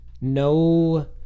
No